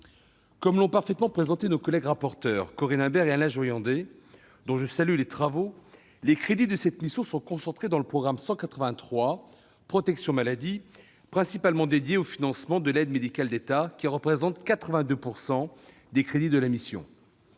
Comme l'ont parfaitement expliqué nos collègues rapporteurs, Corinne Imbert et Alain Joyandet, dont je salue les travaux, les crédits de cette mission sont concentrés dans le programme 183, « Protection maladie », principalement consacré au financement de l'AME, qui représente 82 % des crédits de la mission.